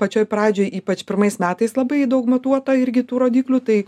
pačioj pradžioj ypač pirmais metais labai dau matuota irgi tų rodiklių tai